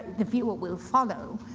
the viewer, will follow.